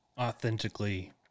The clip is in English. Authentically